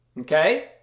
Okay